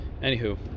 Anywho